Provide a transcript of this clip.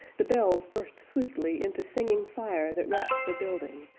the bells burst swiftly into singing fire that wrapped the building,